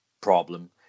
problem